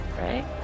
right